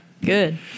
Good